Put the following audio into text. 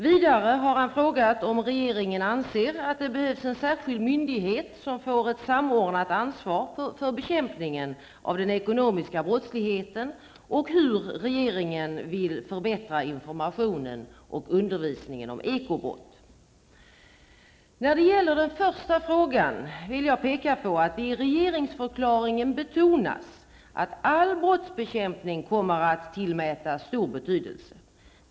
Vidare har han frågat om regeringen anser att det behövs en särskild myndighet som får ett samordnat ansvar för bekämpningen av den ekonomiska brottsligheten och hur regeringen vill förbättra informationen och undervisningen om ekobrott. När det gäller den första frågan vill jag peka på att det i regeringsförklaringen betonas att all brottsbekämpning kommer att tillmätas stor betydelse.